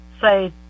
say